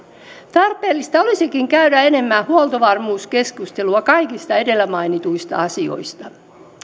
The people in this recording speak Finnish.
tarpeellista olisikin käydä enemmän huoltovarmuuskeskustelua kaikista edellä mainitusta asioista